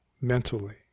mentally